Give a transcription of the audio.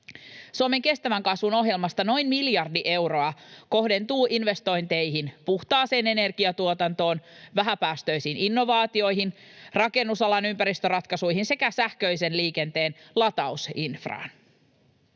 Suomen kestävän kasvun ohjelmasta noin miljardi euroa kohdentuu investointeihin puhtaaseen energiantuotantoon, vähäpäästöisiin innovaatioihin, rakennusalan ympäristöratkaisuihin sekä sähköisen liikenteen latausinfraan.